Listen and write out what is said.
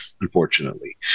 unfortunately